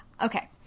okay